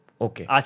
Okay